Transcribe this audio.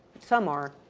some are,